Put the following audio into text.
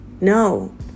no